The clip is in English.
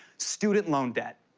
student loan debt.